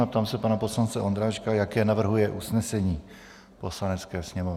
Ptám se pana poslance Ondráčka, jaké navrhuje usnesení Poslanecké sněmovny.